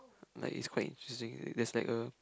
like is quite interesting and there's like a